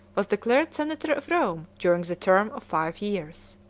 was declared senator of rome during the term of five years.